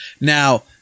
Now